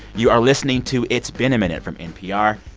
you are listening to it's been a minute from npr.